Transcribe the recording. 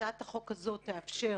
הצעת החוק הזו תאפשר